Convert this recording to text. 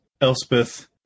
Elspeth